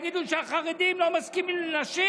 שיגידו שהחרדים לא מסכימים לנשים.